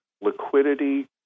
liquidity